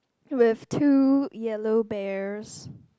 with two yellow bears